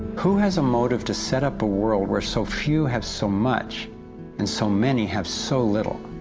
who has a motive to set up a world where so few have so much and so many have so little?